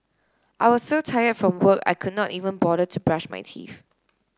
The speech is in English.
I was so tired from work I could not even bother to brush my teeth